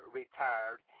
retired